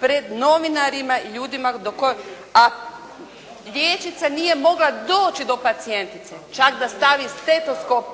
pred novinarima i ljudima, a liječnica nije mogla doći do pacijentice, čak da stavi stetoskop